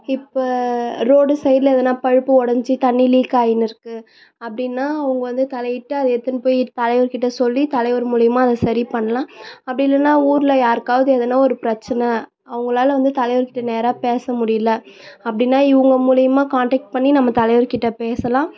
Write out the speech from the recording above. இப்போ ரோடு சைடில் எதனா பழுப்பு ஒடைஞ்சி தண்ணி லீக்காயின்னு இருக்குது அப்படின்னா அவங்க வந்து தலையிட்டு அதை எடுத்துன்னு போய் தலைவர்கிட்ட சொல்லி தலைவர் மூலயமா அதை சரி பண்ணலாம் அப்படி இல்லைன்னா ஊரில் யாருக்காவது ஏதனா ஒரு பிரச்சனை அவங்களால வந்து தலைவர்கிட்ட நேராக பேச முடியல அப்படின்னா இவங்க மூலயமா கான்டெக்ட் பண்ணி நம்ம தலைவர்கிட்ட பேசலாம்